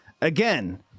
Again